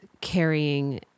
carrying